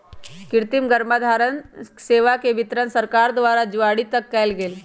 कृतिम गर्भधारण सेवा के वितरण सरकार द्वारा दुआरी तक कएल गेल